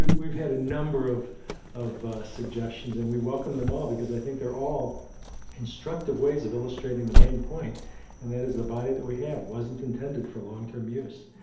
we've had a number of of suggestions and we welcome them all because i think they're all constructive ways of illustrating the main point and that is the body that we have wasn't intended for long term use.